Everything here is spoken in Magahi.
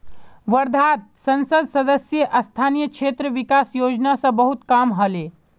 वर्धात संसद सदस्य स्थानीय क्षेत्र विकास योजना स बहुत काम ह ले